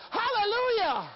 hallelujah